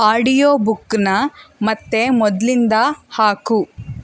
audio ಬುಕ್ಕನ್ನ ಮತ್ತೆ ಮೊದಲಿಂದ ಹಾಕು